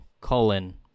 colon